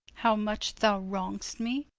how much thou wrong'st me,